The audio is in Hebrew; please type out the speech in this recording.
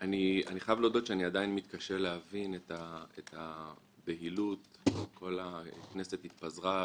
אני חייב להודות שאני עדיין מתקשה להבין את הבהילות כשכל הכנסת התפזרה,